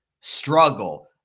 struggle